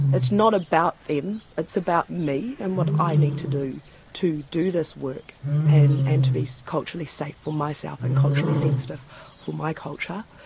it's not about them it's about me and what i need to do to do this work and and to be culturally safe for myself and culturally sensitive for my culture.